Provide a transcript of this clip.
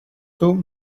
του